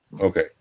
okay